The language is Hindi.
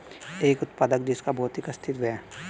एक उत्पाद जिसका भौतिक अस्तित्व है?